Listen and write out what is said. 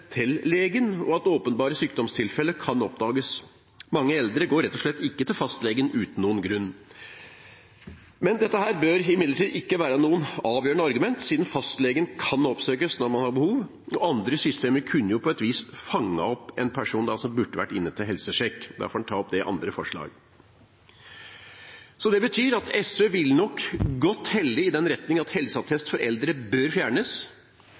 åpenbare sykdomstilfeller kan oppdages, er også en del av dette. Mange eldre går rett og slett ikke til fastlegen uten noen grunn. Men dette bør imidlertid ikke være noe avgjørende argument, siden fastlegen kan oppsøkes når man har behov, og andre systemer på et vis kunne fanget opp en person som burde vært inne til helsesjekk. Det får en ta opp i andre forslag. Det betyr at SV nok vil helle godt i retning av at helseattest for eldre bør fjernes,